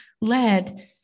led